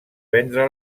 vendre